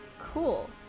Cool